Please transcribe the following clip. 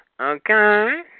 Okay